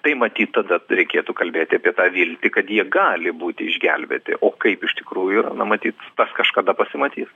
tai matyt tada reikėtų kalbėti apie tą viltį kad jie gali būti išgelbėti o kaip iš tikrųjų na matyt tas kažkada pasimatys